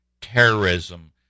terrorism